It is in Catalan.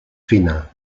fina